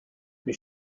mes